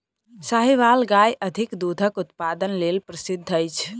साहीवाल गाय अधिक दूधक उत्पादन लेल प्रसिद्ध अछि